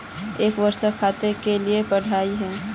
इ वर्षा खेत के लिए बढ़िया है?